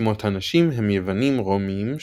שמות הנשים הם יוונים רומיים,